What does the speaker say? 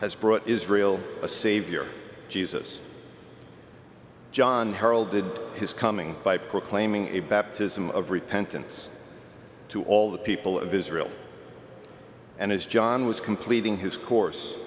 has brought israel a savior jesus john heralded his coming by proclaiming a baptism of repentance to all the people of israel and as john was completing his course